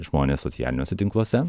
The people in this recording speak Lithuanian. žmonės socialiniuose tinkluose